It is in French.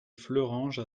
fleuranges